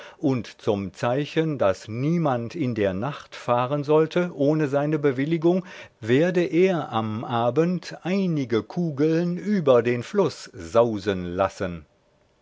und zum zeichen daß niemand in der nacht fahren sollte ohne seine bewilligung werde er am abend einige kugeln über den floß sausen lassen